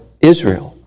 Israel